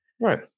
right